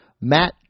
Matt